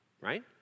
Right